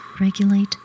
regulate